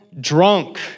drunk